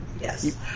Yes